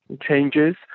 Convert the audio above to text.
changes